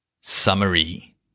Summary